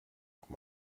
machen